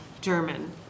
German